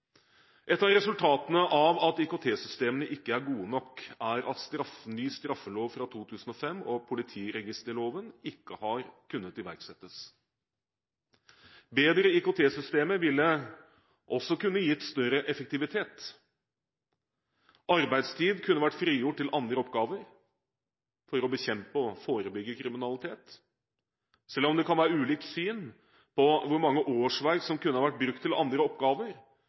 Et av resultatene av at IKT-systemene ikke er gode nok, er at den nye straffeloven fra 2005 og politiregisterloven ikke har kunnet iverksettes. Bedre IKT-systemer ville også kunne gitt større effektivitet. Arbeidstid kunne vært frigjort til andre oppgaver for å bekjempe og forebygge kriminalitet. Selv om det kan være ulikt syn på hvor mange årsverk som kunne ha vært brukt på andre oppgaver,